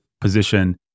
position